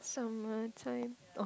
summer time oh